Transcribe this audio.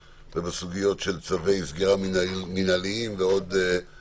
ובסוגיות של צווי סגירת צווים מנהליים ושונות.